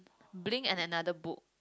Blink and another book